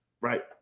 right